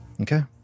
okay